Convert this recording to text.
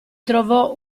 trovò